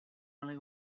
only